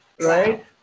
right